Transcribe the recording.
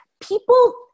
people